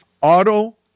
auto